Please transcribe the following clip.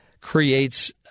creates